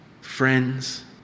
Friends